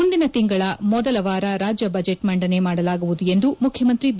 ಮುಂದಿನ ತಿಂಗಳ ಮೊದಲ ವಾರ ರಾಜ್ಯ ಬಜೆಟ್ ಮಂಡನೆ ಮಾಡಲಾಗುವುದು ಎಂದು ಮುಖ್ಯಮಂತ್ರಿ ಬಿ